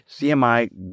CMI